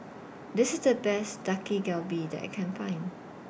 This IS The Best Dak Galbi that I Can Find